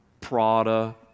Prada